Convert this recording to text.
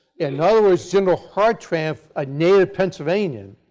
in other words, general hartranft, a native pennsylvanian,